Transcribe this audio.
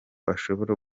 ashobora